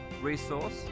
resource